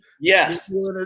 yes